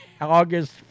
August